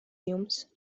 jums